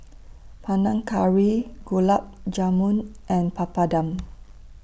Panang Curry Gulab Jamun and Papadum